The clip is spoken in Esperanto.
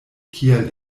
kiel